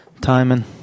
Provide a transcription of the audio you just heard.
Timing